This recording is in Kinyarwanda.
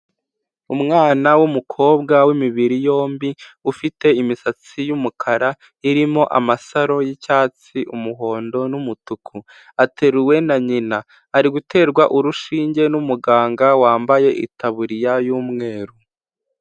Umwana w'umukobwa w'imibiri yombi, ufite imisatsi y'umukara, irimo amasaro y'icyatsi, umuhondo n'umutuku, ateruwe na nyina, ari guterwa urushinge n'umuganga wambaye itaburiya y'umweru.